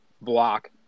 block